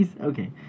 Okay